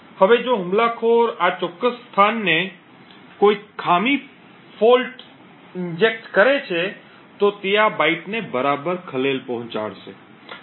હવે જો હુમલાખોર આ ચોક્કસ સ્થાને કોઈ ખામી ને ઈન્જેક્ટ કરે છે તો તે આ બાઇટને બરાબર ખલેલ પહોંચાડશે